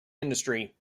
industry